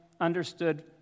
understood